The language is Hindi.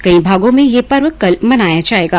कई भागों में यह पर्व कल मनाया जायेगा